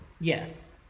yes